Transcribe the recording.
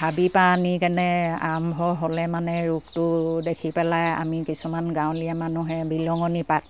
হাবি পা আনি কেনে আৰম্ভ হ'লে মানে ৰোগটো দেখি পেলাই আমি কিছুমান গাঁৱলীয়া মানুহে বিহলঙনী পাত